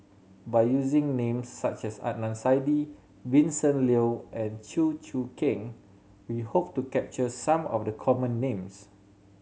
by using names such as Adnan Saidi Vincent Leow and Chew Choo Keng we hope to capture some of the common names